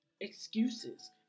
excuses